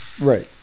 right